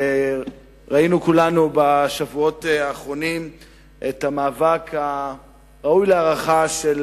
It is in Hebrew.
כולנו ראינו בשבועות האחרונים את המאבק הראוי להערכה של